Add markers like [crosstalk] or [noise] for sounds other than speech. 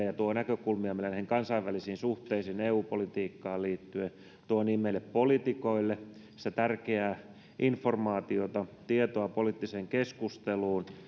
[unintelligible] ja tuo näkökulmia kansainvälisiin suhteisiin eu politiikkaan liittyen ja tuo meille poliitikoille tärkeää informaatiota tietoa poliittiseen keskusteluun